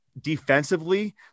Defensively